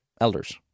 elders